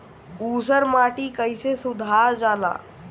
ऊसर माटी कईसे सुधार जाला?